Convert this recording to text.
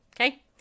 Okay